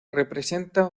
representa